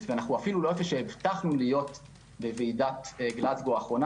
ואפילו לא איפה שהבטחנו להיות בוועידת- -- האחרונה.